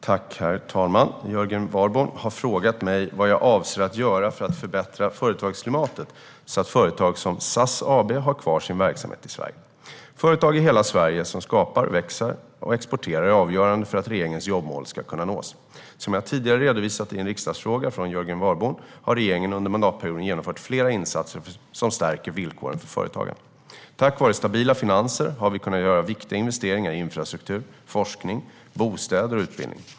Herr talman! Jörgen Warborn har frågat mig vad jag avser att göra för att förbättra företagsklimatet så att företag som SAS AB har kvar sin verksamhet i Sverige. Företag i hela Sverige som skapar, växer och exporterar är avgörande för att regeringens jobbmål ska kunna nås. Som jag tidigare redovisat i en riksdagsfråga från Jörgen Warborn har regeringen under mandatperioden genomfört flera insatser som stärker villkoren för företagande. Tack vare stabila finanser har vi kunnat göra viktiga investeringar i infrastruktur, forskning, bostäder och utbildning.